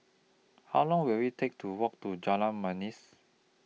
How Long Will IT Take to Walk to Jalan Manis